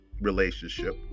relationship